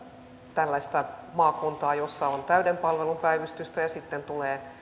tällaista maakuntaa joissa on täyden palvelun päivystys ja sitten tulee